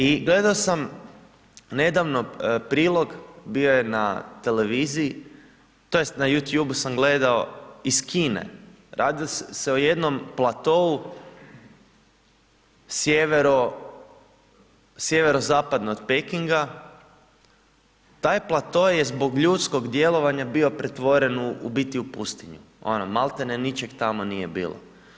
I gledao sam nedavno prilog, bio je na televiziji, tj. na YouTube sam gledao iz Kine, radi se o jednom platou sjeverozapadno od Pekinga, taj je plato zbog ljudskog djelovanja bio pretvoren u biti u pustinju, ono malti ne ničeg tamo nije bilo.